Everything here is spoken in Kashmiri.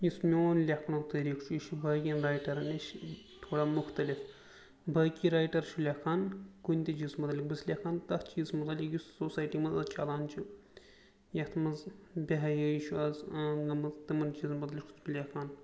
یُس میون لیکھنُک طٔریٖقہٕ چھُ یہِ چھُ باقٕیَن رایٹَرَن نِش تھوڑا مختلف بٲقٕے رایٹَر چھُ لیکھان کُنہِ تہِ چیٖزس متعلق بہٕ چھُس لیکھان تَتھ چیٖزَس متعلق یُس سوسایٹی منٛز اَز چَلان چھِ یَتھ منٛز بےحیٲیی چھُ اَز عام نَمَن تِمَن چیٖزَن متعلق چھُس بہٕ لیکھان